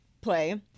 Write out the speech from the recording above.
play